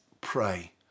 pray